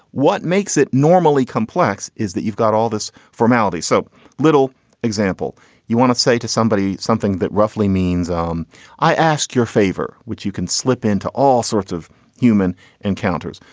what makes it normally complex is that you've got all this formality. so little example you want to say to somebody something that roughly means um i ask your favor, which you can slip into all sorts of human encounters.